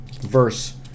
verse